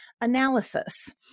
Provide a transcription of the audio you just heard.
analysis